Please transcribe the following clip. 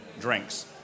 drinks